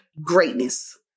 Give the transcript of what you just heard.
greatness